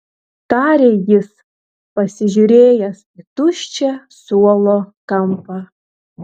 tarė jis pasižiūrėjęs į tuščią suolo kampą